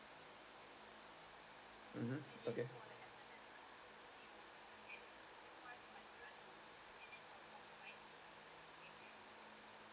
mmhmm okay